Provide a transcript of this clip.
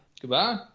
Goodbye